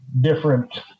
different